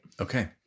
Okay